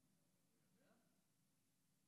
לציבור.